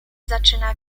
zaczyna